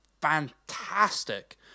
fantastic